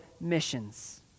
missions